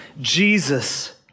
Jesus